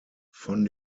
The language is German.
von